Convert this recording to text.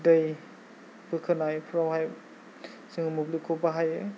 दै बोखोनायफ्रावहाय जोङो मोब्लिबखौ बाहायो